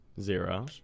Zero